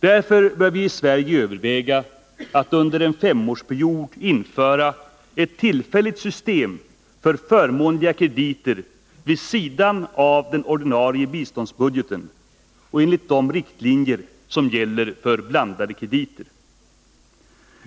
Därför bör vi i Sverige överväga att under en femårsperiod införa ett tillfälligt system för förmånliga krediter vid sidan av den ordinarie biståndsbudgeten och enligt de riktlinjer som gäller för blandade krediter.